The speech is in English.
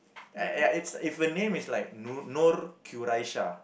ya ya it's if a name is like Nur Nur Quraisha